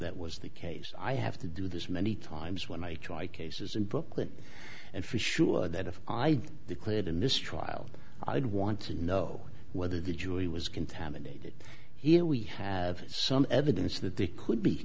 that was the case i have to do this many times when i was in brooklyn and for sure that if i declared a mistrial i would want to know whether the jury was contaminated here we have some evidence that they could be